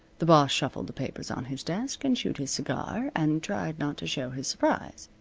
the boss shuffled the papers on his desk, and chewed his cigar, and tried not to show his surprise.